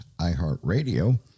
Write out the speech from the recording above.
iHeartRadio